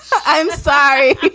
i'm sorry, but